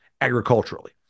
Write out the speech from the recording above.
agriculturally